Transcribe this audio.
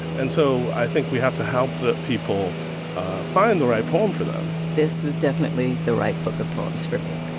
and so i think we have to help people find the right poem for them this was definitely the right book of poems for me.